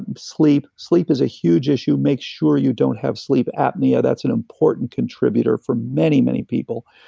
um sleep sleep is a huge issue. make sure you don't have sleep apnea, that's an important contributor for many, many people.